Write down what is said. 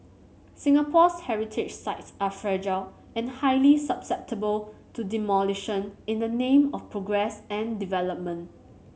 Singapore's heritage sites are fragile and highly susceptible to demolition in the name of progress and development